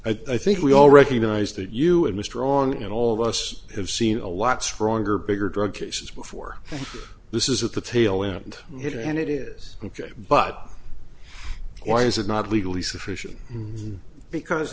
i think we all recognize that you and mr wrong and all of us have seen a lot stronger bigger drug cases before this is at the tail end of it and it is ok but why is it not legally sufficient because